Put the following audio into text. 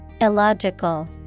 Illogical